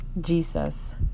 Jesus